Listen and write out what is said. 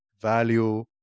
value